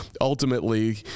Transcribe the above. ultimately